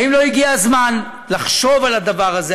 האם לא הגיע הזמן לחשוב על הדבר הזה?